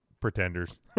Pretenders